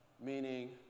meaning